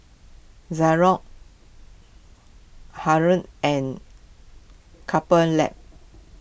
and Couple Lab